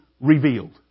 revealed